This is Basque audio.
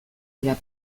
dira